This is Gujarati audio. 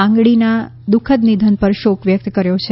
આંગડીના દુખદ નિધન પર શોક વ્યક્ત કર્યો છે